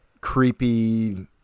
creepy